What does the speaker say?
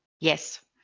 Yes